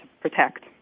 protect